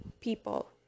people